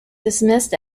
dismissed